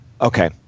Okay